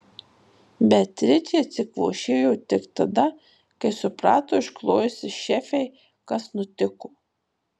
beatričė atsikvošėjo tik tada kai suprato išklojusi šefei kas nutiko